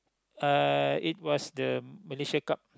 uh it was the Malaysia Cup